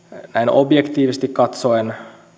objektiivisesti katsoen